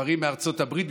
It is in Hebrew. דברים מארצות הברית,